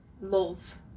love